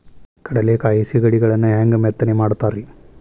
ಕಡಲೆಕಾಯಿ ಸಿಗಡಿಗಳನ್ನು ಹ್ಯಾಂಗ ಮೆತ್ತನೆ ಮಾಡ್ತಾರ ರೇ?